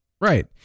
Right